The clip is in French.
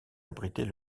abritait